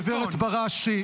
גברת בראשי.